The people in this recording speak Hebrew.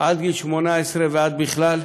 עד גיל 18 ועד בכלל,